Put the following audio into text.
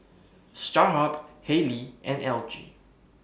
Starhub Haylee and LG